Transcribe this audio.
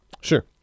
sure